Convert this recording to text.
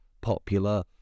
popular